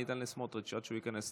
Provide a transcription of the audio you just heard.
אני אתן לסמוטריץ' כשהוא ייכנס.